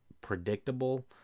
predictable